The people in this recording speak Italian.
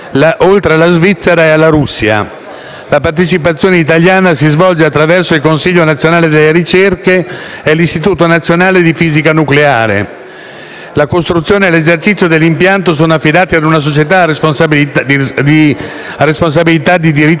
La partecipazione italiana si svolge attraverso il Consiglio nazionale delle ricerche e l'Istituto nazionale di fisica nucleare. La costruzione e l'esercizio dell'impianto sono affidati a una società a responsabilità limitata di diritto tedesco,